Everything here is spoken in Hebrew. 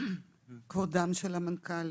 וכבוד המנכ"לים.